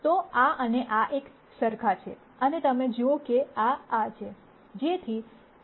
તો આ અને આ એક સરખા છે અને તમે જુઓ કે આ આ છે